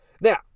Now